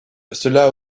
cela